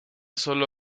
solo